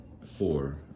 four